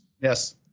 Yes